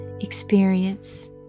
experience